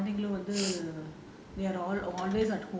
எல்லா குழந்தைகளும் வந்து:ellaa kulanthaikalam vanthu